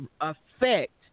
affect